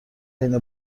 حین